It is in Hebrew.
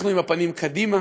אנחנו עם הפנים קדימה.